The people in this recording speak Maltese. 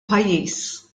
pajjiż